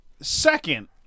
Second